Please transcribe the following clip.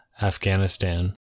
Afghanistan